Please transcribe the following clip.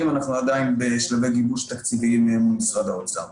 אנחנו עדיין בשלבי גיבוש תקציבים ממשרד האוצר.